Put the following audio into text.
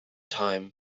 time